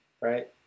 right